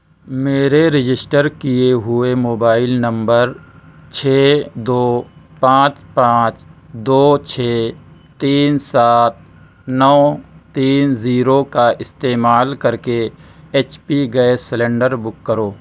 میرے رجسٹر کیے ہوئے موبائل نمبر چھ دو پانچ پانچ دو چھ تین سات نو تین زیرو کا استعمال کر کے H P gas cylinder book کرو